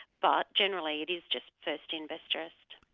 but generally, it is just first-in best-dressed.